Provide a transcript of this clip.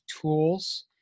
tools